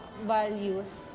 values